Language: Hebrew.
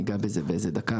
ניגע בזה באיזו דקה,